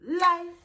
life